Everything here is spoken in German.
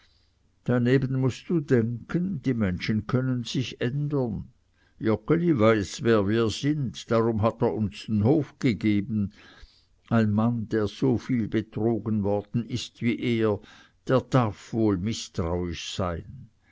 daneben mußt du denken die menschen können sich ändern joggeli weiß wer wir sind darum hat er uns den hof gegeben ein mann der so viel betrogen worden ist wie er der darf wohl mißtrauisch sein